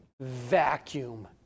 vacuum